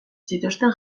zituzten